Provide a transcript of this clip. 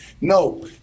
No